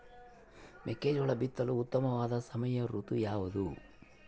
ಮೆಕ್ಕೆಜೋಳ ಬಿತ್ತಲು ಉತ್ತಮವಾದ ಸಮಯ ಋತು ಯಾವುದು?